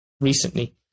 recently